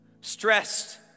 Stressed